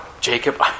Jacob